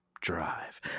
drive